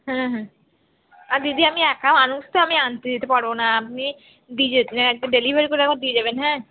হুম হুম আর দিদি আমি একা মানুষ তো আমি আনতে যেতে পারব না আপনি দিয়ে একটু ডেলিভারি করে দিয়ে যাবেন হ্যাঁ